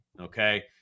Okay